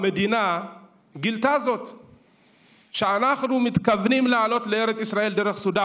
המדינה גילתה שאנחנו מתכוונים לעלות לארץ ישראל דרך סודאן